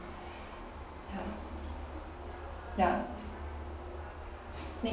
ya ya